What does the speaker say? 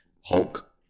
Hulk